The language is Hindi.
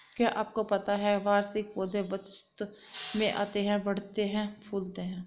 क्या आपको पता है वार्षिक पौधे वसंत में आते हैं, बढ़ते हैं, फूलते हैं?